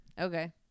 Okay